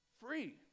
free